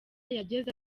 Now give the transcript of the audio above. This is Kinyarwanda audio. yageze